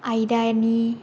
आयदानि